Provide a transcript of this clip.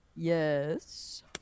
Yes